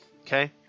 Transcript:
Okay